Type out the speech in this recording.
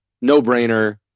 no-brainer